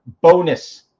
bonus